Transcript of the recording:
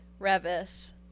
Revis